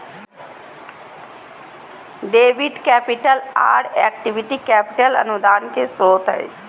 debit capital, आर equity capital अनुदान के स्रोत हय